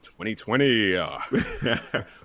2020